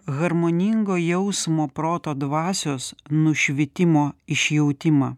harmoningo jausmo proto dvasios nušvitimo išjautimą